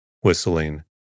whistling